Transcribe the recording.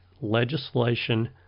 legislation